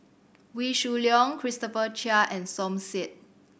Wee Shoo Leong Christopher Chia and Som Said